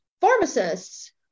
pharmacists